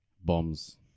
bombs